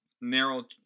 narrow